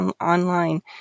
online